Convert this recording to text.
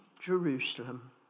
Jerusalem